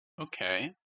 Okay